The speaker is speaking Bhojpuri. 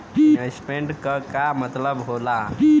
इन्वेस्टमेंट क का मतलब हो ला?